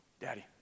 Daddy